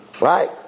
Right